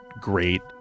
great